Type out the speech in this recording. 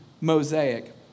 mosaic